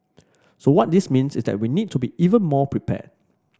so what this means is that we need to be even more prepared